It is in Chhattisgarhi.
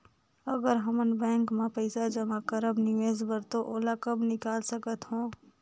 अगर हमन बैंक म पइसा जमा करब निवेश बर तो ओला कब निकाल सकत हो?